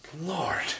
Lord